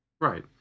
Right